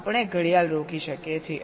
આપણે ઘડિયાળ રોકી શકીએ છીએ